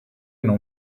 non